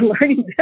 learning